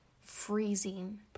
freezing